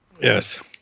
Yes